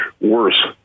worse